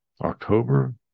october